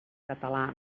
català